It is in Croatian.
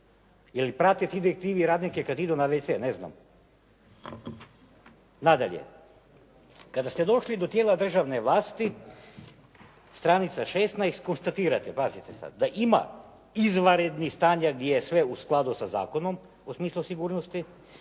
Jel' prate ti detektive radnike kad idu na wc, ne znam. Nadalje, kada ste došli do tijela državne vlasti, str. 16., konstatirate, pazite sad, da ima izvanrednih stanja gdje je sve u skladu sa zakonom u smislu sigurnosti